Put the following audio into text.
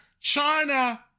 China